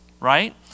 right